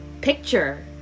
picture